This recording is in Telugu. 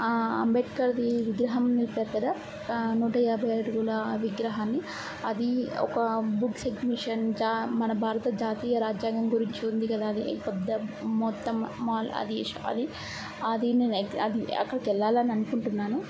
అంబేడ్కర్ది విగ్రహం నిలిపారు కదా నూటయాభై అడుగుల విగ్రహాన్ని అది ఒక బుక్స్ ఎగ్జిబిషన్ జా మన భారత జాతీయ రాజ్యాంగం గురించి ఉంది కదా అది పెద్ద మొత్తం మాల్ అది ష్ అది అది అక్కడికి వెళ్ళాలని అనుకుంటున్నాను